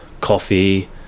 coffee